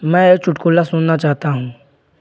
मैं एक चुटकुला सुनना चाहता हूँ